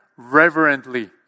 reverently